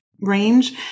range